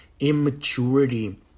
Immaturity